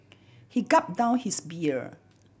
he gulp down his beer